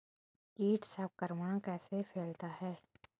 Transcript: कीट संक्रमण कैसे फैलता है?